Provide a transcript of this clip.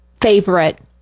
favorite